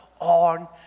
on